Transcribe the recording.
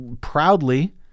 proudly